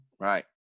Right